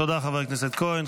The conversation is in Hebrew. תודה, חבר הכנסת כהן.